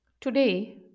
Today